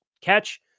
catch